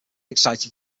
excited